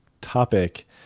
topic